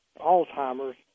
Alzheimer's